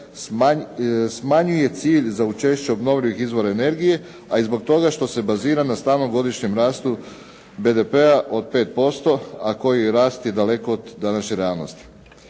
smanjuje cilj za učešće obnovljivih izvora energije, a i zbog toga što se bazira na stalnom godišnjem rastu BDP-a od 5%, a koji rast je daleko od današnje realnosti.